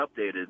updated